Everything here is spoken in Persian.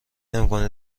نمیکنی